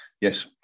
Yes